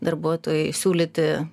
darbuotojui siūlyti